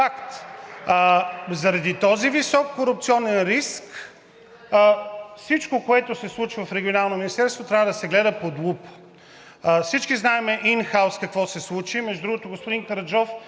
Заради този висок корупционен риск всичко, което се случва в Регионалното министерство, трябва да се гледа под лупа. Всички знаем с ин хаус какво се случи. Между другото, господин Караджов